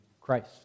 Christ